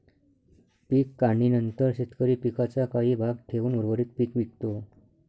पीक काढणीनंतर शेतकरी पिकाचा काही भाग ठेवून उर्वरित पीक विकतो